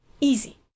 easy